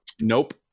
Nope